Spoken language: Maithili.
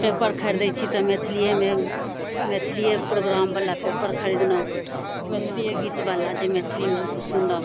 पेपर खरीदै छी तऽ मैथिलिएमे मैथिलिए प्रोग्रामवला पेपर खरीदलहुँ मैथिलिए गीतवला जे मैथिली हमसब सुनब